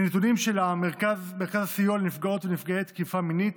מנתונים של מרכזי הסיוע לנפגעות ונפגעי תקיפה מינית,